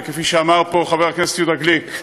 וכפי שאמר פה חבר הכנסת יהודה גליק,